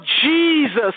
Jesus